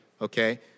okay